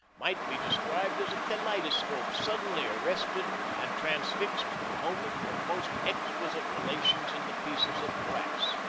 might be described as a kaleidoscope suddenly arrested and transfixed at the moment of most exquisite relations in the pieces of glass.